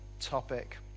topic